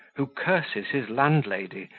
who curses his landlady,